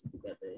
together